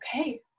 okay